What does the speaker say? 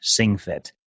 singfit